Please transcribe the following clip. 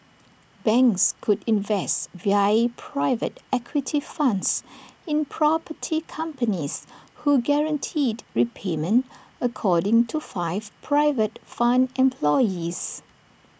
banks could invest via private equity funds in property companies who guaranteed repayment according to five private fund employees